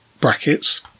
brackets